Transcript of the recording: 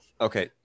Okay